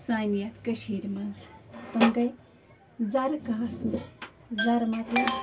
سانہِ یَتھ کٔشیٖرِ منٛز تِم گٔے زَرٕ کاسنہِ زَرٕ مطلب